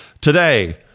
today